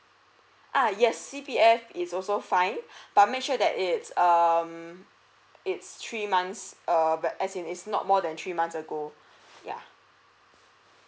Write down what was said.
uh yes C_P_F is also fine but make sure that it's um it's three months err the as in it's not more than three months ago ya